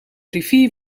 rivier